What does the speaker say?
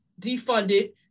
defunded